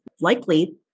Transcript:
likely